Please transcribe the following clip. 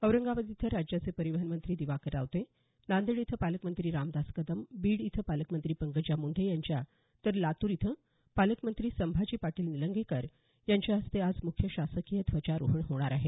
औरंगाबाद इथं राज्याचे परीवहन मंत्री दिवाकर रावते नांदेड इथं पालकमंत्री रामदास कदम बीड इथं पालकमंत्री पंकजा मुंडे यांच्या तर लातूर इथं पालकमंत्री संभाजी पाटील निलंगेकर यांच्या हस्ते आज मुख्य शासकीय ध्वजारोहण होणार आहे